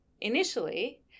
initially